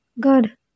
Good